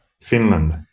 Finland